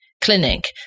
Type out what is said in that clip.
clinic